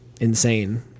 insane